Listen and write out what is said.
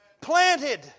Planted